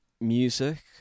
Music